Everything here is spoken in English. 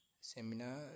seminar